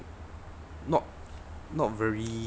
not not very